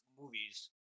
movies